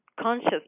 conscious